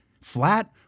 Flat